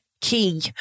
key